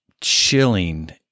chilling